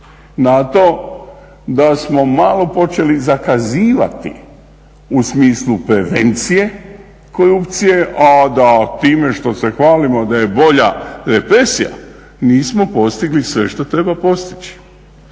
na to da smo malo počeli zakazivati u smislu prevencije korupcije, a da time što se hvalimo da je bolja represija, nismo postigli sve što treba postići.